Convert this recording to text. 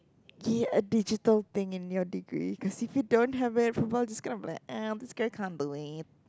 get a digital thing in your degree cause if you don't have it people are just gonna be like ah this guy can't do it